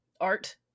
art